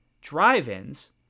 drive-ins